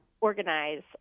organize